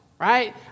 right